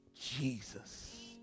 Jesus